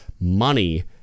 money